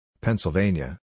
Pennsylvania